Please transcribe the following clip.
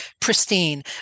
pristine